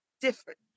Different